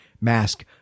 mask